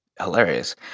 hilarious